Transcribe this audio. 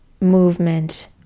movement